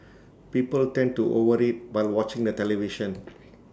people tend to overeat while watching the television